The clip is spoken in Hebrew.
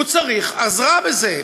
הוא צריך עזרה בזה.